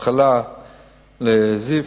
ל"זיו"